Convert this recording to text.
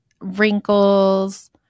wrinkles